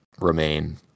remain